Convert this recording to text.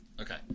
Okay